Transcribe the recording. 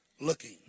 looking